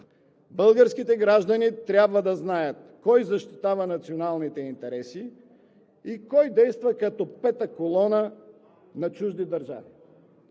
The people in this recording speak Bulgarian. Българските граждани трябва да знаят кой защитава националните интереси и кой действа като пета колона на чужди държави!